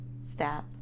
step